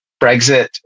Brexit